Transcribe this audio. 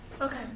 Okay